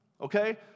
Okay